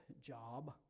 job